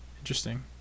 interesting